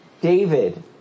David